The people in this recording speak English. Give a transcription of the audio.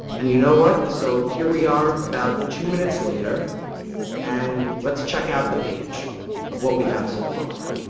and you know what, so here we are about two minutes later and let's check out the page of what we have so far.